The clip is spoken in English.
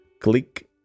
click